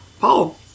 Paul